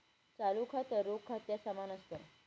चालू खातं, रोख खात्या समान असत